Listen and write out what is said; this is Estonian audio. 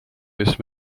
kes